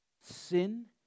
sin